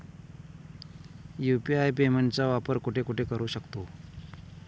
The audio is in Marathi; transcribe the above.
यु.पी.आय पेमेंटचा वापर कुठे कुठे करू शकतो?